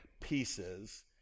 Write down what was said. pieces